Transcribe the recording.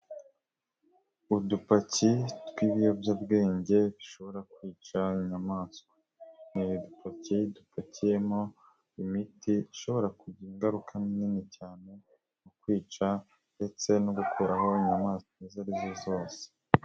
Udupaki tw'ibiyobyabwenge bishobora kwica inyamaswa ni udupaki dupakiyemo imiti ishobora kugira ingaruka nini cyane mu kwica, ndetse no gukuraho inyamaswa izo arizo zose.